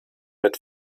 mit